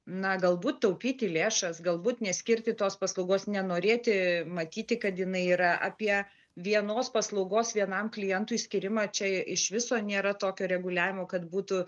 na galbūt taupyti lėšas galbūt neskirti tos paslaugos nenorėti matyti kad jinai yra apie vienos paslaugos vienam klientui skyrimą čia iš viso nėra tokio reguliavimo kad būtų